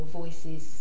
voices